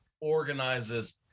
organizes